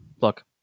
look